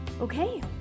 Okay